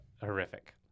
horrific